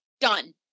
Done